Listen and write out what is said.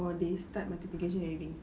or they start multiplication already